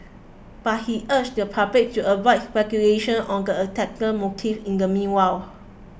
but he urged the public to avoid speculation on the attacker's motives in the meanwhile